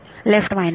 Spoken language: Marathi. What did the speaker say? left minus